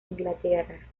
inglaterra